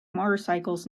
motorcycles